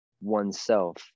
oneself